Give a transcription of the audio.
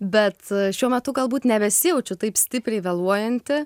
bet šiuo metu galbūt nebesijaučiu taip stipriai vėluojanti